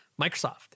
Microsoft